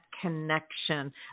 connection